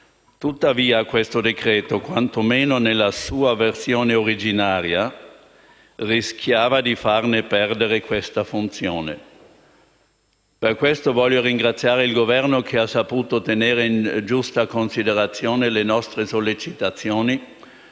Tuttavia, questo decreto-legge, quantomeno nella sua versione originaria, rischiava di farne perdere questa funzione. Per questo voglio ringraziare il Governo che ha saputo tenere in giusta considerazione le nostre sollecitazioni,